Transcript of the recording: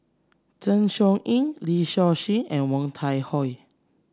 Zeng Shouyin Lee Seow Ser and Woon Tai Ho